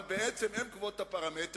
אבל בעצם הן קובעות את הפרמטרים.